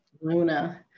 Luna